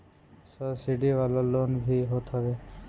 subsidy वाला loan भी होत हवे